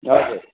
हजुर